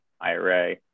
IRA